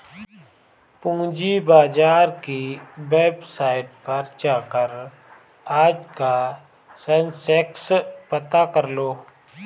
पूंजी बाजार की वेबसाईट पर जाकर आज का सेंसेक्स पता करलो